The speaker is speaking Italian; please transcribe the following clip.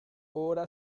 ora